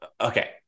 Okay